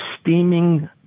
steaming